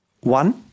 One